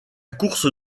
course